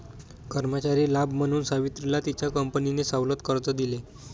कर्मचारी लाभ म्हणून सावित्रीला तिच्या कंपनीने सवलत कर्ज दिले